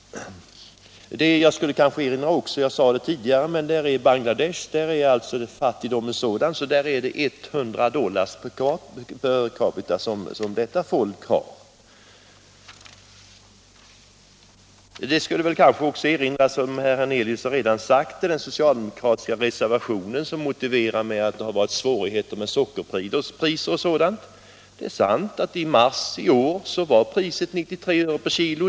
Jag vill än en gång nämna att i Bangladesh är fattigdomen så stor att bruttonationalprodukten inte uppgår till mer än 100 dollar per capita. Det skall också ytterligare erinras om — herr Hernelius har redan varit inne på saken — att man i den socialdemokratiska reservationen när det gäller Cuba som ett motiv anför att det varit svårigheter med sockerpriset i Cuba. Det är sant att i mars i år var sockerpriset 93 öre per kg.